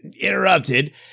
interrupted